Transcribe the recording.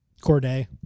Corday